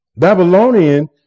Babylonian